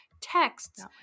texts